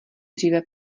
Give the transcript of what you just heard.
dříve